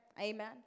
Amen